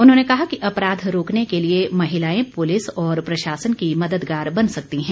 उन्होंने कहा कि अपराध रोकने के लिए महिलाएं पुलिस और प्रशासन की मददगार बन सकती हैं